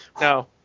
No